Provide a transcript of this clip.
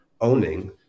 owning